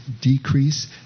decrease